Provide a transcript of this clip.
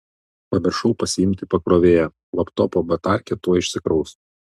pamiršau pasiimt pakrovėją laptopo batarkė tuoj išsikraus